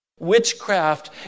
Witchcraft